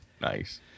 Nice